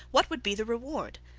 what would be the reward?